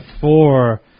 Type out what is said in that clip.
four